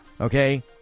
okay